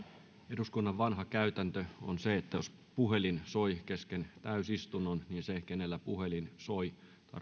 eduskunnan vanha käytäntö on se että jos puhelin soi kesken täysistunnon niin se kenellä puhelin soi tarjoaa